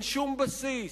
אין שום בסיס,